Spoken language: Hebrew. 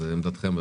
מה עמדתכם?